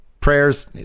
Prayers